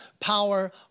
Power